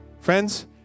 friends